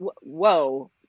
whoa